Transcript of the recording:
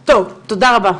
טוב, תודה רבה.